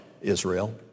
Israel